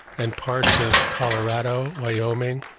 and parts of colorado, wyoming,